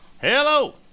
Hello